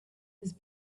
his